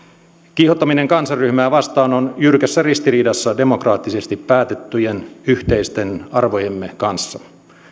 kiihottaminen kansanryhmää vastaan on jyrkässä ristiriidassa demokraattisesti päätettyjen yhteisten arvojemme kanssa